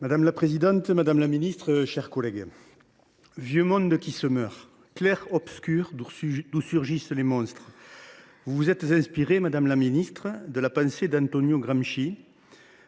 Madame la présidente, mes chers collègues, « vieux monde qui se meurt »,« clair obscur d’où surgissent les monstres »: vous vous êtes inspirée, madame la ministre, de la pensée d’Antonio Gramsci,